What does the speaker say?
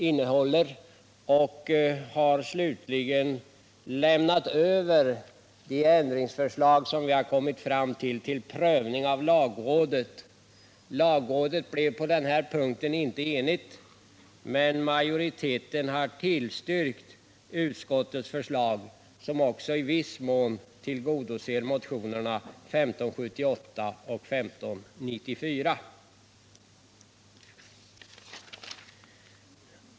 Slutligen har vi till prövning av lagrådet lämnat över de ändringsförslag som vi har kommit fram till. Lagrådet blev på denna punkt inte enigt, men majoriteten har tillstyrkt utskottets förslag, som också i viss mån tillgodoser motionerna 1578 och 1594.